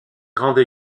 grande